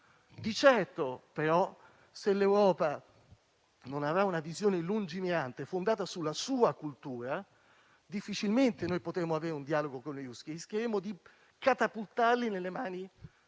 Di certo, però, se l'Europa non avrà una visione lungimirante fondata sulla sua cultura, difficilmente potremo avere un dialogo con i russi e rischieremo di catapultarli nelle mani,